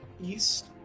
east